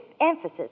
emphasis